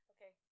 Okay